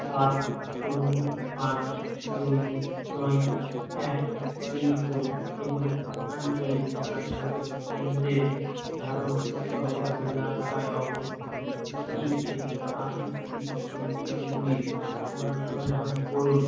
সাত শূন্য পাঁচ দুই নয় এক পিনকোড এবং আঞ্চলিক কার্যালয় কেন্দ্রের ধরন সহ এলাকায় অবস্থিত ইএসআইসি কেন্দ্রগুলির অনুসন্ধান করুন